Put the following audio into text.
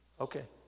Okay